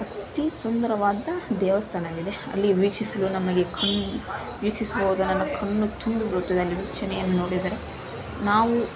ಅತೀ ಸುಂದರವಾದ ದೇವಸ್ಥಾನ ಆಗಿದೆ ಅಲ್ಲಿ ವೀಕ್ಷಿಸಲು ನಮಗೆ ಕಣ್ಣು ವೀಕ್ಷಿಸಬಹುದಾದ ಕಣ್ಣು ತುಂಬಿ ಬರುತ್ತದೆ ಅಲ್ಲಿ ವೀಕ್ಷಣೆಯನ್ನು ನೋಡಿದರೆ ನಾವು